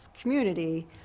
community